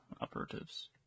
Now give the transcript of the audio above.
operatives